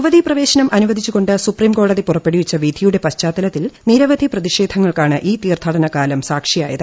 യുവതി പ്രവേശനം അനുവദിച്ചുകൊണ്ട് സുപ്രീംകോടതി പുറപ്പെടുവിച്ചു വിധിയുടെ പശ്ചാത്തലത്തിൽ നിരവധി പ്രതിഷേധങ്ങൾക്കാണ് ഈ തീർത്ഥാടന കാലം സാക്ഷിയായത്